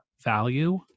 value